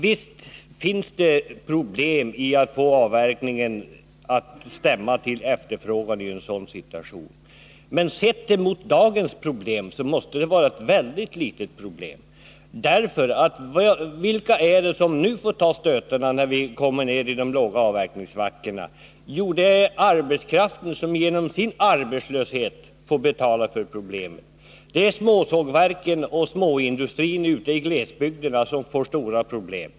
Visst finns det problem när det gäller att få avverkningen att stämma med efterfrågan i en sådan situation. Men jämfört med dagens problem måste det vara ett väldigt litet problem. Vilka är det nämligen som nu får ta stötarna när vi kommer ner i de djupa avverkningssvackorna? Jo, det är arbetskraften som genom sin arbetslöshet får betala, det är småsågverken och småindustrin ute i glesbygderna, som får stora problem.